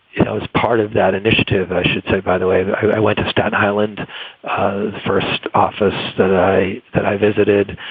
you know i was part of that initiative. i should say, by the way, i went to staten island, the first office that i and i visited,